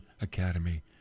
Academy